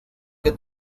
que